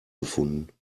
gefunden